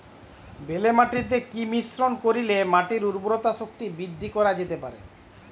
বেলে মাটিতে কি মিশ্রণ করিলে মাটির উর্বরতা শক্তি বৃদ্ধি করা যেতে পারে?